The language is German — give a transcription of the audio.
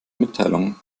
mitteilungen